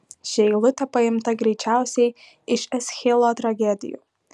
ši eilutė paimta greičiausiai iš eschilo tragedijų